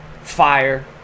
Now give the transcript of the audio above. fire